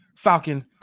Falcon